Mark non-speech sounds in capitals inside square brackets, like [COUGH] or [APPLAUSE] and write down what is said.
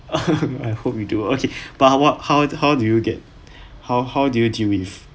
[NOISE] I hope you do okay but what how how how do you get how do you deal with